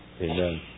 Amen